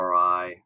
MRI